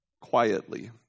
quietly